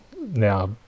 now